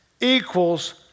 equals